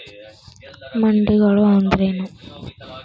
ಮಂಡಿಗಳು ಅಂದ್ರೇನು?